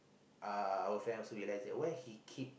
uh our friend also realised that why he keep